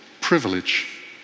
privilege